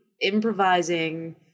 improvising